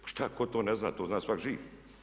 Pa šta, tko to ne zna, to zna svatko živ.